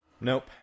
Nope